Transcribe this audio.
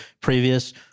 previous